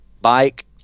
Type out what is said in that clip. bike